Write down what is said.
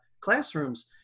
classrooms